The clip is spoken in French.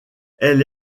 elle